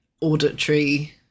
auditory